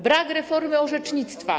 Brak reformy orzecznictwa.